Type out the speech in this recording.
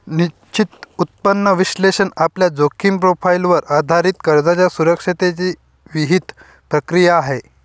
निश्चित उत्पन्न विश्लेषण आपल्या जोखीम प्रोफाइलवर आधारित कर्जाच्या सुरक्षिततेची विहित प्रक्रिया आहे